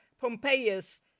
Pompeius